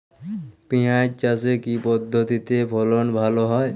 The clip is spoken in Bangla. পিঁয়াজ চাষে কি পদ্ধতিতে ফলন ভালো হয়?